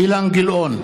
אילן גילאון,